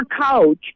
coach